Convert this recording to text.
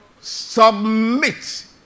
Submit